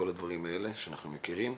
כל הדברים האלה שאנחנו מכירים,